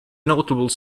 notable